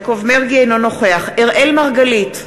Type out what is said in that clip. אינו נוכח אראל מרגלית,